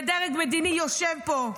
ודרג מדיני יושב פה,